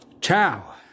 ciao